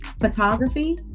photography